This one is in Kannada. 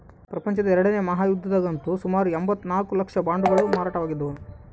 ಪ್ರಪಂಚದ ಎರಡನೇ ಮಹಾಯುದ್ಧದಗಂತೂ ಸುಮಾರು ಎಂಭತ್ತ ನಾಲ್ಕು ಲಕ್ಷ ಬಾಂಡುಗಳು ಮಾರಾಟವಾಗಿದ್ದವು